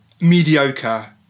mediocre